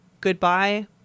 goodbye